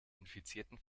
infizierten